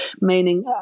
meaning